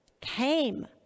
came